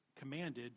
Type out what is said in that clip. commanded